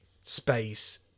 space